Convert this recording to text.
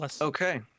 Okay